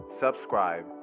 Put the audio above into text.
subscribe